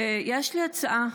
ויש לי הצעה: